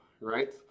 right